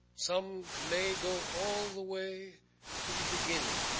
some may go all the way to the beginning,